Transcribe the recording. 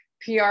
PR